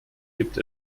gibt